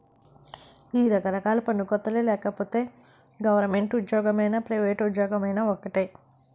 ఈ రకరకాల పన్ను కోతలే లేకపోతే గవరమెంటు ఉజ్జోగమైనా పైవేట్ ఉజ్జోగమైనా ఒక్కటే